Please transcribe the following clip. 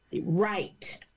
Right